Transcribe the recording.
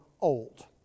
old